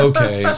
Okay